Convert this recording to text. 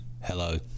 Hello